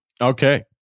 Okay